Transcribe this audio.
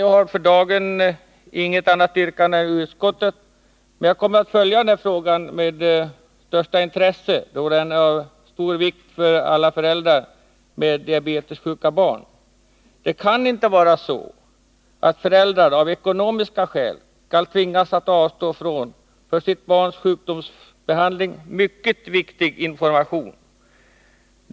Jag har för dagen inget annat yrkande än utskottets, men jag kommer att följa frågans fortsatta behandling med största intresse, då den är av stor vikt för alla föräldrar med diabetessjuka barn. Det kan inte få vara så att föräldrar av ekonomiska skäl skall tvingas att avstå från för sitt barns sjukdomsbehandling mycket viktig information.